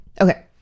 Okay